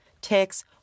ticks